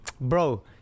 Bro